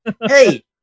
Hey